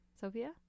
Sophia